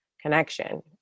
connection